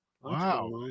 Wow